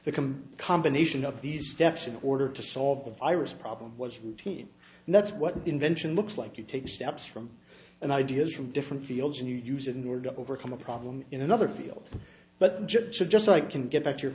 the come combination of these steps in order to solve the virus problem was routine and that's what the invention looks like you take steps from and ideas from different fields and you use it in order to overcome a problem in another field but just i can get back to your